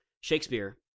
Shakespeare